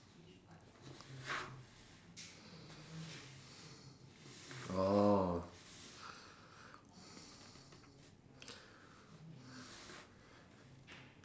orh